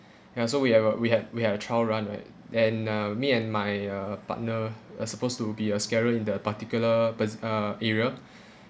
ya so we had a we had we had a trial run right then uh me and my uh partner we're supposed to be a scarer in the particular pers~ uh area